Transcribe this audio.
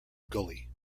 gully